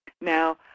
Now